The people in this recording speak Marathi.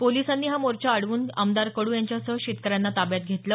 पोलिसांनी हा मोर्चा अडवून आमदार कडू यांच्यासह शेतकऱ्यांना ताब्यात घेतलं